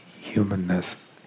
humanness